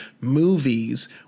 movies